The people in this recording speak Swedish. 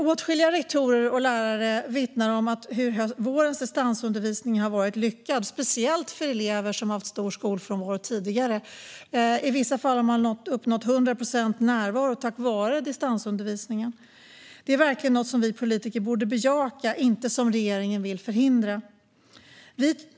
Åtskilliga rektorer och lärare vittnar om att vårens distansundervisning har varit lyckad, speciellt för elever som har haft stor skolfrånvaro tidigare. I vissa fall har man uppnått 100 procents närvaro tack vare distansundervisningen. Det är verkligen någonting som vi politiker borde bejaka och inte förhindra, som regeringen vill.